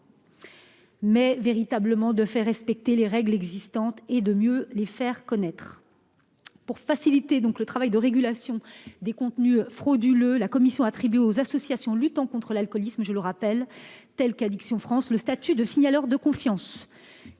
loi Évin, mais de faire respecter les règles existantes et de mieux les faire connaître. Pour faciliter le travail de régulation des contenus frauduleux, la commission a attribué aux associations luttant contre l'alcoolisme, telles qu'Addictions France, le statut de signaleurs de confiance